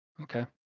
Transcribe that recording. Okay